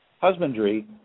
husbandry